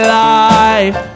life